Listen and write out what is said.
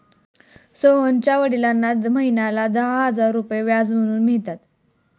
सोहनच्या वडिलांना महिन्याला दहा हजार रुपये व्याज म्हणून मिळतात